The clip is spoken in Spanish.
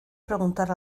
preguntar